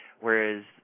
Whereas